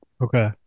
Okay